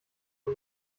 und